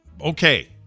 okay